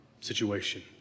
situation